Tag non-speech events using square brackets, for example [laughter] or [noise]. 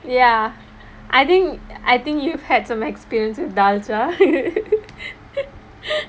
ya I think I think you've had some experience with dalcha [laughs]